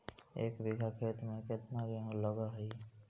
एक बिघा खेत में केतना गेहूं लग है?